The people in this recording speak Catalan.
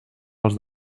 els